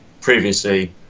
previously